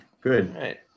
Good